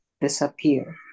disappear